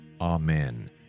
Amen